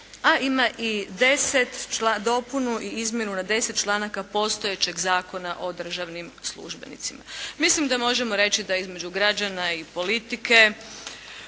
na deset članaka postojećeg Zakona o državnim službenicima. Mislim da možemo reći da je između građana i politike